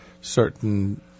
certain